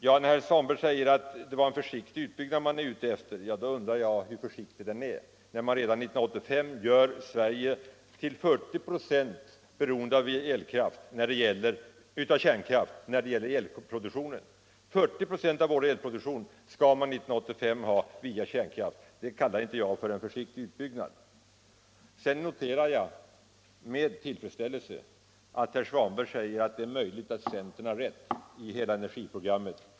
När herr Svanberg hävdar att det är en försiktig utbyggnad regeringen är ute efter, måste man undra hur försiktig den är — eftersom man redan 1985 gör Sverige till 40 26 beroende av kärnkraft när det gäller elproduktion. 40 96 av vår elkraft skall alltså år 1985 produceras via kärnkraft. Det kallar jag inte en försiktig utbyggnad. Sedan noterar jag med tillfredsställelse att herr Svanberg säger att det är möjligt att centern har rätt i hela sitt energiprogram.